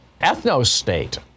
ethnostate